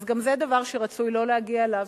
אז גם זה דבר שרצוי לא להגיע אליו,